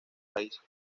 raíces